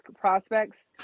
prospects